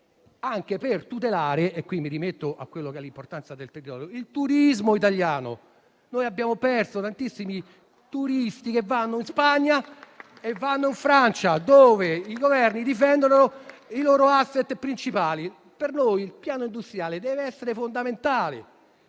anche per tutelare - e qui ribadisco l'importanza del territorio - il turismo italiano. Abbiamo perso tantissimi turisti che vanno in Spagna e in Francia, i cui Governi difendono i loro *asset* principali. Per noi il piano industriale deve essere fondamentale.